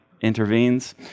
intervenes